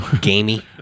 Gamey